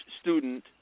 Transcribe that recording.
student